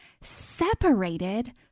separated